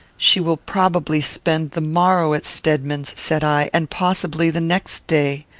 she will probably spend the morrow at stedman's, said i, and possibly the next day.